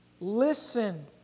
listen